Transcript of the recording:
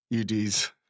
UD's